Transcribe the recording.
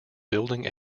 building